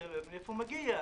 מאין אתה מגיע?